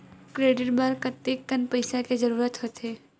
Credit बर कतेकन पईसा के जरूरत होथे?